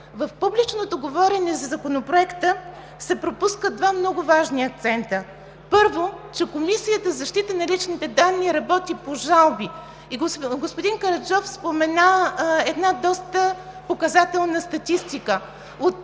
В публичното говорене за Законопроекта се пропускат два много важни акцента. Първо, че Комисията за защита на личните данни работи по жалби. Господин Караджов спомена една доста показателна статистика